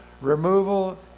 removal